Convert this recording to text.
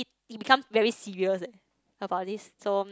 he becomes very serious eh about this so